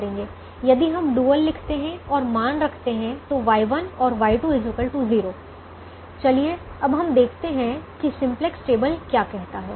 यदि हम डुअल लिखते हैं और मान रखते हैं तो Y1 और Y2 0 चलिए अब हम देखते हैं कि सिम्प्लेक्स टेबल क्या कहता है